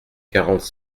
quarante